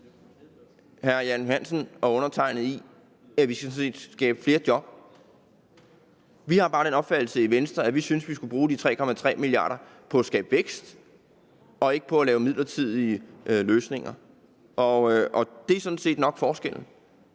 hr. Jan Johansen og undertegnede er meget enige om, at vi skal skabe flere job. Vi har bare den opfattelse i Venstre, at vi skal bruge de 3,3 mia. kr. på at skabe vækst og ikke på at lave midlertidige løsninger. Det er sådan set nok forskellen.